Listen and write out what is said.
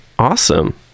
Awesome